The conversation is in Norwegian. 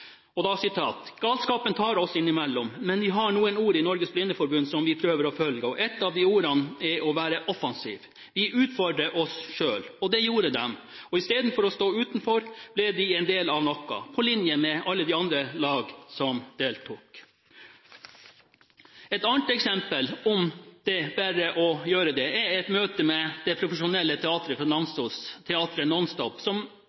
tar oss innimellom, men vi har noen ord i Norges Blindeforbund som vi prøver å følge, og et av de ordene er å være offensive. Vi utfordrer oss selv». Det gjorde de. Istedenfor å stå utenfor ble de en del av noe – på lik linje med alle de andre lagene som deltok. Et annet eksempel på «berre å gjere det» er et møte med det profesjonelle teateret fra Namsos, Teater NonSTOP, som